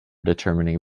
determining